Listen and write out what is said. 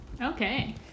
Okay